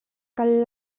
kal